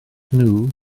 nhw